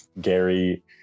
Gary